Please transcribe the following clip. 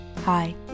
Hi